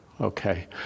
Okay